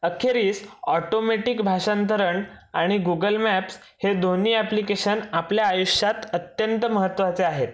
अखेरीस ऑटोमॅटिक भाषांतरण आणि गूगल मॅप्स हे दोन्ही अॅप्लिकेशन आपल्या आयुष्यात अत्यंत महत्त्वाचे आहेत